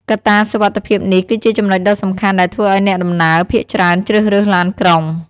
កត្តាសុវត្ថិភាពនេះគឺជាចំណុចដ៏សំខាន់ដែលធ្វើឱ្យអ្នកធ្វើដំណើរភាគច្រើនជ្រើសរើសឡានក្រុង។